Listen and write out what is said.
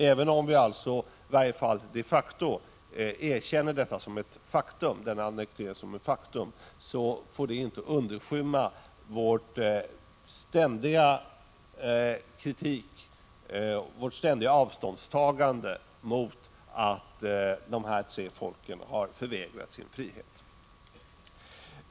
Även om vi alltså i varje fall erkänner denna annektering som ett faktum, får det inte undanskymma vårt ständiga avståndstagande från att dessa tre folk har förvägrats sin frihet.